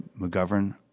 McGovern